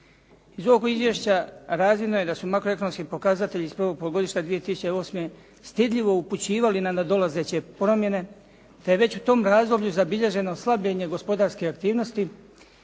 Iz ovog izvješća razvidno je da su makroekonomski pokazatelji iz prvog polugodišta 2008. stidljivo upućivali na nadolazeće promjene te je već u tom razdoblju zabilježeno slabljenje gospodarske aktivnosti